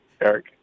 Eric